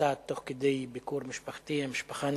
תוך כדי ביקור משפחתי, המשפחה נפגעת.